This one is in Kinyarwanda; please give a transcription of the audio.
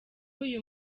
uyu